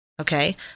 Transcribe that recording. Okay